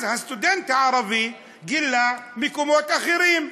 אז הסטודנט הערבי גילה מקומות אחרים.